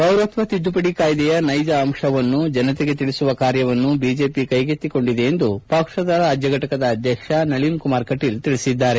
ಪೌರತ್ವ ತಿದ್ದುಪಡಿ ಕಾಯ್ದೆಯ ನೈಜ ಅಂಶವನ್ನು ಜನತೆಗೆ ತಿಳಿಸುವ ಕಾರ್ಯವನ್ನು ಬಿಜೆಪಿ ಕೈಗೆತ್ತಿಕೊಂಡಿದೆ ಎಂದು ಪಕ್ಷದ ರಾಜ್ಯಾಧ್ಯಕ್ಷ ನಳನ್ ಕುಮಾರ್ ಕಟೀಲ್ ಹೇಳಿದ್ದಾರೆ